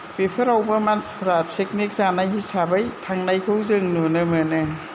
बेफोरावबो मानसिफोरा फिकनिक जानाय हिसाबै थांनायखौ जों नुनो मोनो